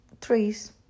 trees